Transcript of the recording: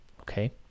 Okay